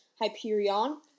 Hyperion